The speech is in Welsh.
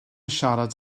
siarad